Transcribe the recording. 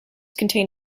contain